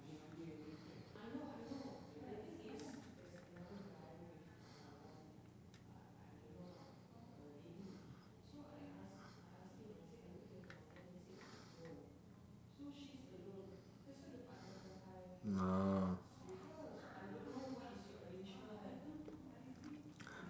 ah